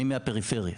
אני מהפריפריה,